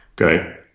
Okay